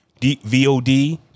VOD